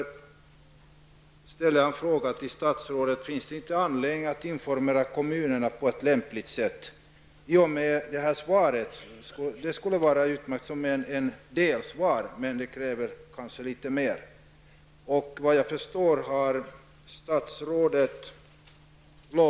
Jag vill därför fråga statsrådet om det inte finns anledning att på lämpligt sätt ge kommunerna information om detta. Svaret på min fråga är delvis en sådan information, men det krävs kanske någonting ytterligare.